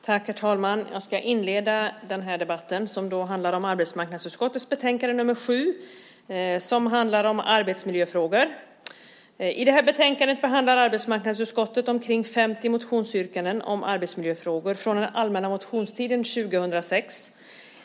Herr talman! Jag ska inleda denna debatt om arbetsmarknadsutskottets betänkande nr 7 som handlar om arbetsmiljöfrågor. I betänkandet behandlar arbetsmarknadsutskottet omkring 50 motionsyrkanden om arbetsmiljöfrågor från allmänna motionstiden 2006.